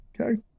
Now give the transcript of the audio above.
Okay